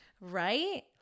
right